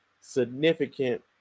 significant